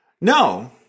No